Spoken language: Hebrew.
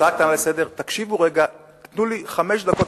הצעה קטנה לסדר: תנו לי חמש דקות,